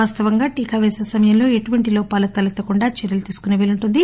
వాస్తవంగా టీకా పేసీ సమయంలో ఎటువంటి లోపాలు తలెత్తకుండా చర్యలు తీసుకునే వీలుంటుంది